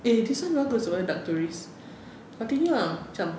eh this one no story dark tourist continue ah macam